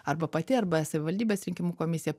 arba pati arba savivaldybės rinkimų komisija